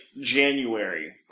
January